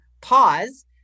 pause